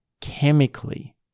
chemically